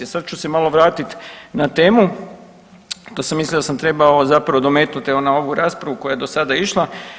Sad ću se malo vratit na temu, to sam mislio da sam trebao zapravo dometnut evo na ovu raspravu koja je do sada išla.